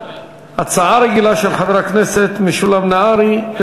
הצעה רגילה של חבר הכנסת משולם נהרי.